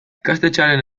ikastetxearen